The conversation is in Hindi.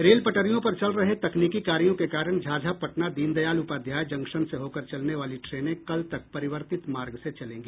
रेल पटरियों पर चल रहे तकनीकी कार्यों के कारण झाझा पटना दीनदयाल उपाध्याय जंक्शन से होकर चलने वाली ट्रेनें कल तक परिवर्तित मार्ग से चलेंगी